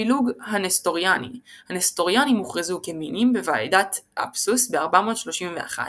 הפילוג הנסטוריאני הנסטוריאנים הוכרזו כמינים בוועידת אפסוס ב-431,